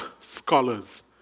scholars